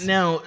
Now